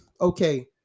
Okay